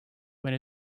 when